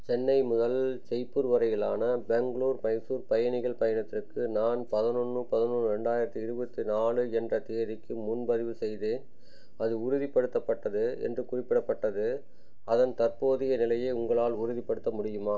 சென்னை முதல் ஜெய்ப்பூர் வரையிலான பெங்களூர் மைசூர் பயணிகள் பயணத்திற்கு நான் பதினொன்று பதினொன்று ரெண்டயிரத்து இருபத்தி நாலு என்ற தேதிக்கு முன்பதிவு செய்தேன் அது உறுதிப்படுத்தப்பட்டது என்று குறிப்பிடப்பட்டது அதன் தற்போதைய நிலையை உங்களால் உறுதிப்படுத்த முடியுமா